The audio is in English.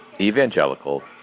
Evangelicals